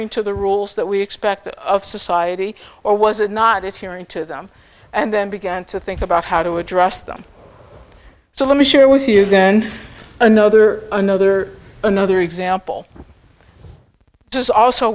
into the rules that we expect of society or was it not it hearing to them and then began to think about how to address them so let me share with you then another another another example does also